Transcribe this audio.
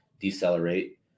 decelerate